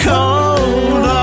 Cold